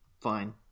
fine